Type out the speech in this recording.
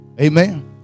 Amen